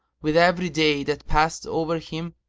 with every day that passed over him,